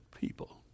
people